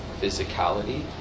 physicality